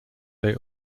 they